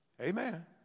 Amen